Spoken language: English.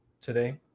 today